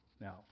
Now